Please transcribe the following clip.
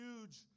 huge